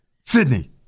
Sydney